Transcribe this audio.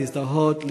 להזדהות,